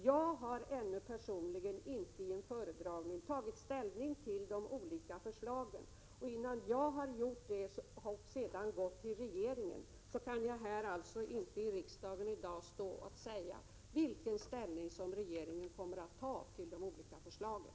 Jag har personligen ännu inte i en föredragning tagit ställning till de olika förslagen, och innan jag har gjort det och förslagen sedan behandlats av regeringen kan jag inte i riksdagen i dag säga vilken ställning regeringen kommer att ta till de olika förslagen.